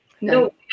no